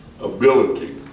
ability